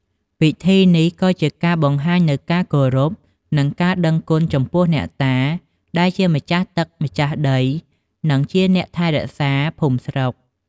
ពិធីនេះក៏ជាការបង្ហាញនូវការគោរព និងការដឹងគុណចំពោះអ្នកតា ដែលជាម្ចាស់ទឹក ម្ចាស់ដី និងជាអ្នកថែរក្សាភូមិស្រុក។